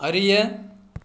அறிய